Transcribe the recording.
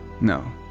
No